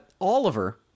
Oliver